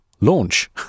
Launch